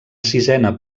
sisena